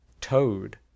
toad